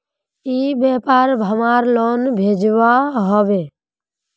ई व्यापार हमार लोन भेजुआ हभे?